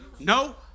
No